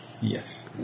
Yes